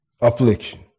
affliction